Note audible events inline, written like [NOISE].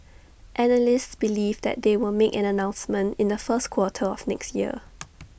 analysts believe that they will make an announcement in the first quarter of next year [NOISE]